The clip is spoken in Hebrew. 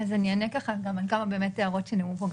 אני אענה על כמה הערות שנאמרו פה,